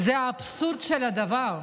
זה האבסורד של הדבר.